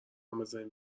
بزارید